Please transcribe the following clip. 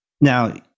Now